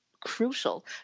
crucial